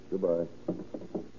Goodbye